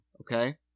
Okay